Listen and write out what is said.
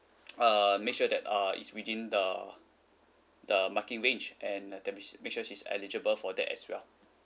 err make sure that err it's within the the marking range and uh that means make sure she's eligible for that as well